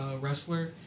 wrestler